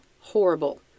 Horrible